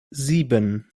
sieben